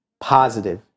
positive